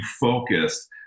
focused